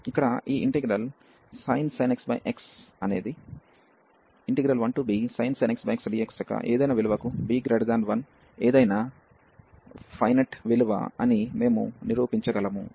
ఇక్కడ ఈ integral sin x x అనేది 1bsin x x dx యొక్క ఏదైనా విలువకు b 1 ఏదైనా ఫైనెట్ విలువ అని మేము నిరూపించగలము